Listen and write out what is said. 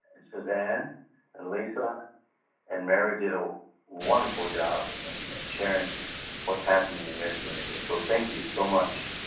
suzanne and lisa and mary did a wonderful job in sharing what's happening in communities, so thank you so much.